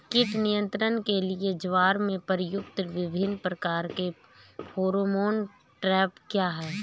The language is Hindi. कीट नियंत्रण के लिए ज्वार में प्रयुक्त विभिन्न प्रकार के फेरोमोन ट्रैप क्या है?